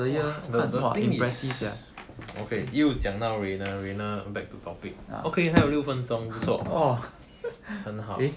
!wah! the thing is okay 又讲 now reina back to topic okay 还有六分钟不错很好